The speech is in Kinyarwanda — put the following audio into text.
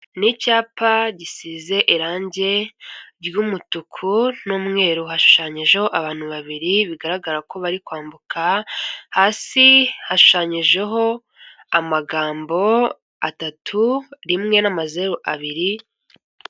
Ni icyapa gisize irangi ry'umutuku n'umweru, hashushanyijeho abantu babiri bigaragara ko bari kwambuka, hasi hashushanyijeho amagambo atatu, rimwe n'amazeru abiri